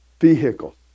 vehicle